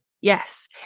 Yes